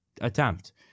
attempt